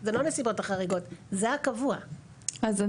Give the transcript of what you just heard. זה לא